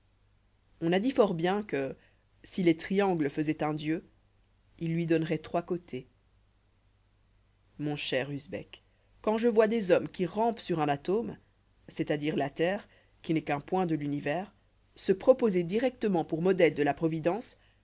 on a dit fort bien que si les triangles faisoient un dieu ils lui donneroient trois côtés mon cher usbek quand je vois des hommes qui rampent sur un atome c'est-à-dire la terre qui n'est qu'un point de l'univers se proposer directement pour modèles de la providence